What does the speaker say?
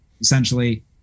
essentially